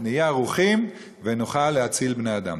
נהיה ערוכים ונוכל להציל בני-אדם.